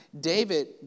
David